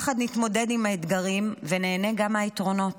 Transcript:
יחד נתמודד עם האתגרים ונהנה גם מהיתרונות.